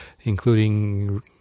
including